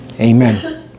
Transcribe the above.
Amen